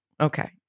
Okay